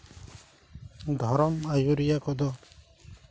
ᱫᱷᱚᱨᱚᱢ ᱟᱹᱭᱩᱨᱤᱭᱟᱹ ᱠᱚᱫᱚ